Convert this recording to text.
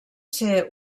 ser